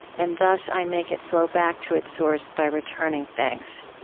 and thus i make it flow back to its source by returning thanks.